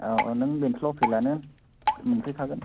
औ औ नों बेंथलाव फैलानो मोनफैखागोन